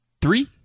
three